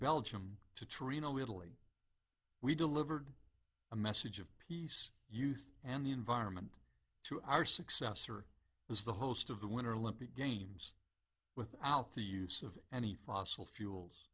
belgium to triano italy we delivered a message of peace youth and environment to our successor as the host of the winter olympic games without the use of any fossil fuels